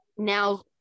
Now